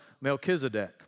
Melchizedek